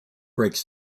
breaks